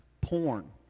porn